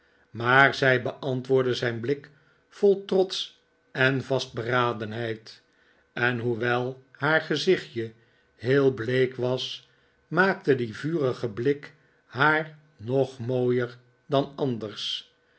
maar zij beantwoordde zijn blik vol trots en vastberadenheid en hoewel haar gezichtje heel bleek was maakte die vurige blik haar nog mooier dan anders